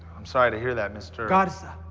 i'm sorry to hear that, mr. garza.